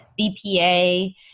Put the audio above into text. BPA